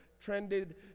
trended